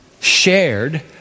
shared